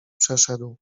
przeszedł